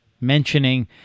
mentioning